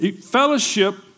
Fellowship